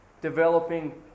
developing